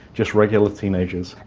just regular teenagers.